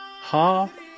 half